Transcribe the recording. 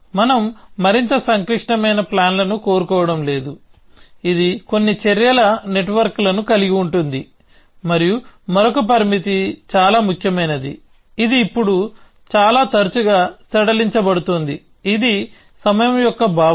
మనం మరింత సంక్లిష్టమైన ప్లాన్లను కోరుకోవడం లేదు ఇది కొన్ని చర్యల నెట్వర్క్లను కలిగి ఉంటుంది మరియు మరొక పరిమితి చాలా ముఖ్యమైనది ఇది ఇప్పుడు చాలా తరచుగా సడలించబడుతోంది ఇది సమయం యొక్క భావన